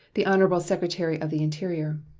the honorable secretary of the interior.